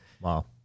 wow